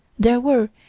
there were,